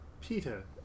Peter